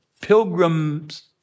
pilgrims